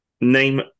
Name